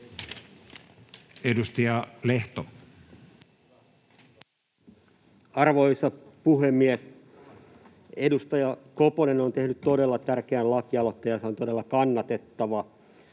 Content: Arvoisa puhemies! Edustaja Koponen on tehnyt todella tärkeän lakialoitteen, ja se on todella kannatettava.